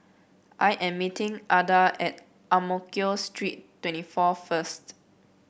I am meeting Adah at Ang Mo Kio Street twenty four first